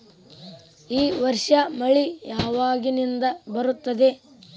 ಈ ವರ್ಷ ಮಳಿ ಯಾವಾಗಿನಿಂದ ಬರುತ್ತದೆ?